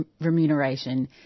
remuneration